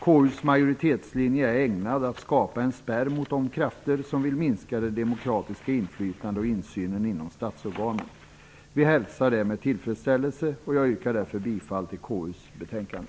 KU:s majoritetslinje är ägnad att skapa en spärr mot de krafter som vill minska det demokratiska inflytandet och insynen inom statsorganen. Vi hälsar det med tillfredsställelse, och jag yrkar därför bifall till hemställan i KU:s betänkande.